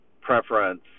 preference